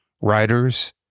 Writer's